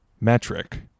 metric